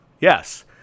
Yes